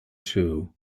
two